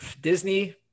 Disney